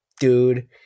dude